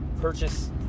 purchase